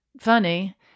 funny